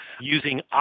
using